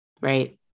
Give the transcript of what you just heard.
right